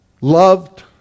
loved